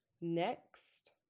next